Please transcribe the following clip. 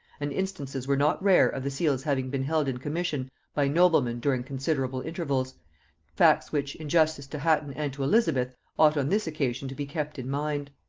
and instances were not rare of the seals having been held in commission by noblemen during considerable intervals facts which, in justice to hatton and to elizabeth, ought on this occasion to be kept in mind.